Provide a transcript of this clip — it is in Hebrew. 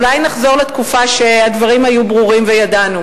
אז אולי נחזור לתקופה שהדברים היו ברורים וידענו,